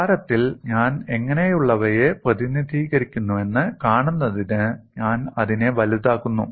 ദ്വാരത്തിൽ ഞാൻ എങ്ങനെയുള്ളവയെ പ്രതിനിധീകരിക്കുന്നുവെന്ന് കാണുന്നതിന് ഞാൻ അതിനെ വലുതാക്കുന്നു